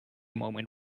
moment